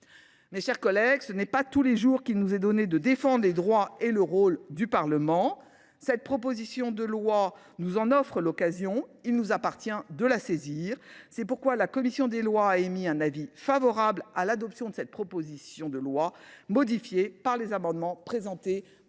Mes chers collègues, il ne nous est pas donné tous les jours de défendre les droits et le rôle du Parlement. Ce texte nous en offre l’occasion et il nous appartient de la saisir. C’est pourquoi la commission des lois a émis un avis favorable sur l’adoption de cette proposition de loi, modifiée par les amendements présentés par Jean